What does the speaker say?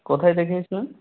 কোথায় দেখিয়েছিলেন